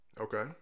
Okay